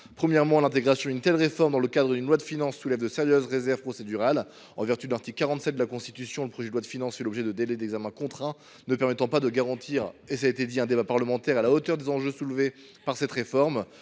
d’abord, l’intégration d’une telle réforme dans le cadre d’une loi de finances soulève de sérieuses réserves procédurales. En vertu de l’article 47 de la Constitution, le projet de loi de finances fait l’objet de délais d’examen contraints, ne permettant pas de garantir un débat parlementaire à la hauteur des enjeux soulevés par cette réforme.